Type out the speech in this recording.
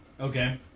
Okay